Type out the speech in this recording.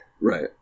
Right